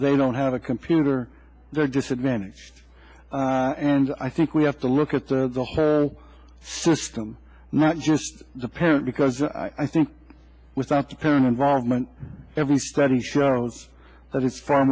they don't have a computer there are disadvantages and i think we have to look at the to her system not just the parent because i think without the parent involvement every study shows that it's far